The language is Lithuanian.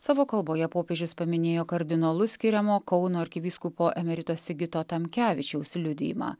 savo kalboje popiežius paminėjo kardinolu skiriamo kauno arkivyskupo emerito sigito tamkevičiaus liudijimą